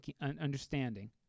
understanding